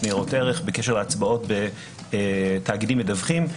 לניירות ערך בקשר להצבעות בתאגידים מדווחים.